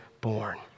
born